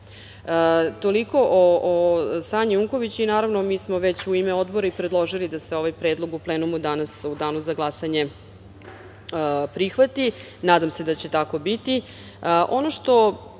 Toliko o Sanji Unković. Naravno, mi smo već u ime Odbora i predložili da se ovaj predlog u plenumu danas u danu za glasanje prihvati. Nadam se da će tako biti. Ono što,